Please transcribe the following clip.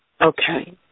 Okay